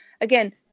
again